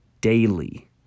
daily